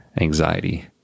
anxiety